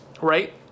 right